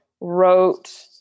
wrote